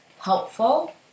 helpful